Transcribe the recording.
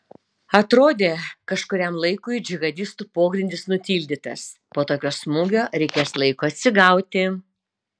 atrodė kažkuriam laikui džihadistų pogrindis nutildytas po tokio smūgio reikės laiko atsigauti